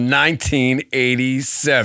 1987